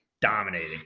dominating